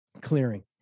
clearing